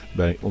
bij